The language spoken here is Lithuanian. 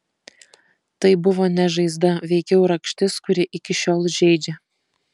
tai buvo ne žaizda veikiau rakštis kuri iki šiol žeidžia